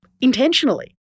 intentionally